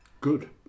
good